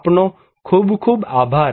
આપનો ખૂબ ખૂબ આભાર